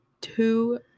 two